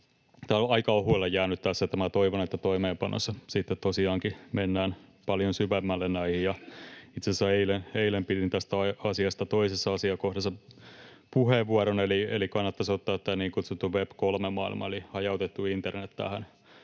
Tämä on aika ohuelle jäänyt tässä, niin että minä toivon, että toimeenpanossa sitten tosiaankin mennään paljon syvemmälle näihin. Itse asiassa eilen pidin tästä asiasta toisessa asiakohdassa puheenvuoron, eli kannattaisi ottaa toimeenpanossa tarkasteluun niin kutsuttu web3-maailma eli hajautettu internet, mikä